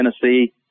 tennessee